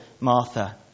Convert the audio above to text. Martha